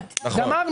נכון.